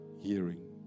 hearing